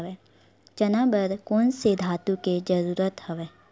चना बर कोन से खातु के जरूरत हवय?